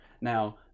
Now